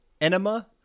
enema